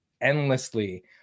endlessly